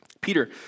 Peter